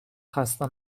خسته